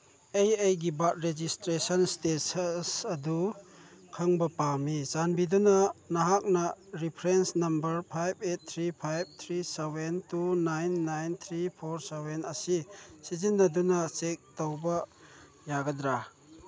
ꯑꯩ ꯑꯩꯒꯤ birth registration status ꯑꯗꯨ ꯈꯪꯕ ꯄꯥꯝꯏ ꯆꯥꯟꯕꯤꯗꯨꯅ ꯅꯍꯥꯛꯅ reference number five eight three five three seven two nine nine three four seven ꯑꯁꯤ ꯁꯤꯖꯤꯟꯅꯗꯨꯅ ꯆꯦꯛ ꯇꯧꯕ ꯌꯥꯒꯗ꯭ꯔꯥ